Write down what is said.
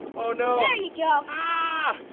oh no! there you go. ah!